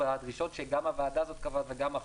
בדרישות שהוועדה הזאת קבעה וגם החוק.